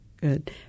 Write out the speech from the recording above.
good